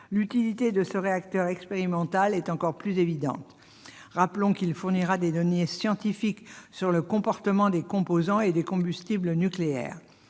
l'utilité de ce réacteur expérimental est encore plus évidente. Rappelons qu'il fournira des données scientifiques sur le comportement des composants et des combustibles nucléaires.